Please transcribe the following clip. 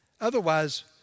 Otherwise